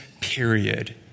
period